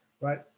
right